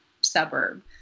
suburb